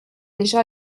déjà